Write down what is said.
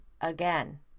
again